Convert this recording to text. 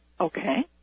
Okay